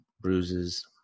bruises